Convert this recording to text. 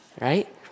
right